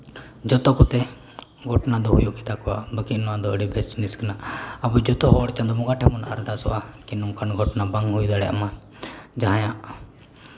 ᱡᱚᱛᱚ ᱠᱚᱛᱮ ᱜᱷᱚᱴᱚᱱᱟ ᱫᱚ ᱦᱩᱭᱩᱜ ᱜᱮᱛᱟ ᱠᱚᱣᱟ ᱵᱟᱹᱠᱤ ᱱᱚᱣᱟᱫᱚ ᱟᱹᱰᱤ ᱵᱮᱥ ᱡᱤᱱᱤᱥ ᱠᱟᱱᱟ ᱟᱵᱚ ᱡᱚᱛᱚ ᱦᱚᱲ ᱪᱟᱸᱫᱳ ᱵᱚᱸᱜᱟ ᱴᱷᱮᱱ ᱵᱚᱱ ᱟᱨᱫᱟᱥᱚᱜᱼᱟ ᱠᱤ ᱱᱚᱝᱠᱟ ᱱᱚᱝᱠᱟ ᱜᱷᱚᱴᱚᱱᱟ ᱵᱟᱝ ᱦᱩᱭ ᱫᱟᱲᱮᱭᱟᱜ ᱢᱟ ᱡᱟᱦᱟᱸᱭᱟᱜ